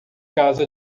caso